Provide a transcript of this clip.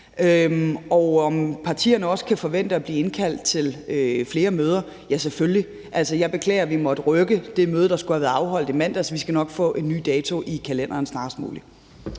om partierne også kan forvente at blive indkaldt til flere møder, vil jeg sige: Ja, selvfølgelig. Jeg beklager, at vi måtte rykke det møde, der skulle have været afholdt i mandags. Vi skal nok få en ny dato i kalenderen snarest muligt.